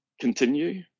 continue